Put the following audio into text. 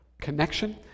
connection